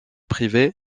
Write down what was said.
privé